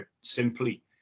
simply